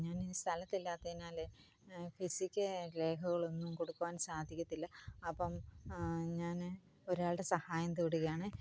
ഞാൻ ഇനി സ്ഥലത്തില്ലാത്തതിനാൽ ഫിസിക്കൽ രേഖകളൊന്നും കൊടുക്കുവാൻ സാധിക്കത്തില്ല അപ്പം ഞാൻ ഒരാളുടെ സഹായം തേടുകയാണ്